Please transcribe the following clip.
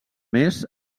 més